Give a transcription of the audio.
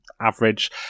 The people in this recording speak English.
average